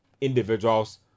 individuals